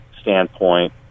standpoint